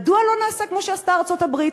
מדוע לא נעשה כמו שעשתה ארצות-הברית?